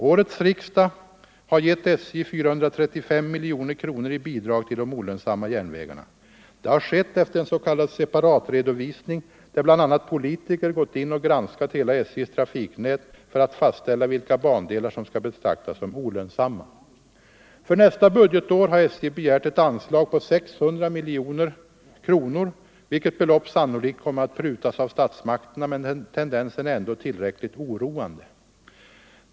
Årets riksdag har gett SJ 435 milj.kr. i bidrag till de olönsamma järnvägarna. Det har skett efter en s.k. separatredovisning där bl.a. politiker gått in och granskat hela SJ:s trafiknät för att fastställa vilka bandelar som skall betraktas som olönsamma. För nästa budgetår har SJ begärt ett anslag på 600 milj.kr., vilket belopp sannolikt kommer att prutas av statsmakterna. Men tendensen är ändå tillräckligt oroande.